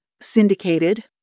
syndicated